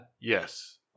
Yes